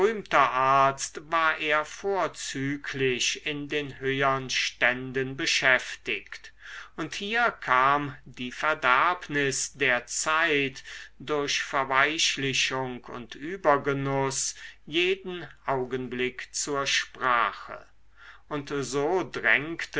arzt war er vorzüglich in den höhern ständen beschäftigt und hier kam die verderbnis der zeit durch verweichlichung und übergenuß jeden augenblick zur sprache und so drängten